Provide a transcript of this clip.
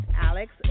Alex